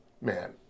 man